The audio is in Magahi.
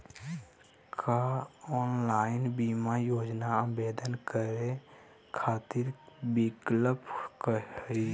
का ऑनलाइन बीमा योजना आवेदन करै खातिर विक्लप हई?